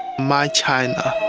my china'.